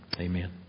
Amen